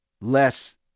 less